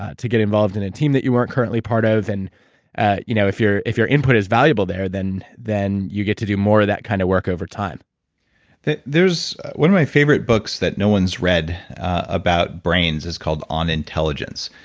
ah to get involved in a team that you weren't currently part of. and you know if your if your input is valuable there, then then you get to do more of that kind of work over time there's one of my favorite books that no one's read about brains, is called, on intelligence.